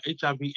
HIV